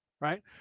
Right